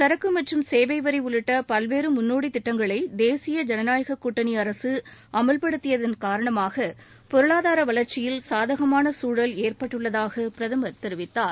சரக்கு மற்றும் சேவைவரி உள்ளிட்ட பல்வேறு முன்னோடி திட்டஙகளை தேசிய ஜனநாயக கூட்டணி அரசு அமல்படுத்தியன் காரணமாக பொருளாதார வளர்ச்சியில் சாதகமான சூழல் ஏற்பட்டுள்ளதாக பிரதமர் தெரிவித்தார்